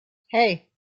hey